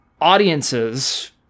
audiences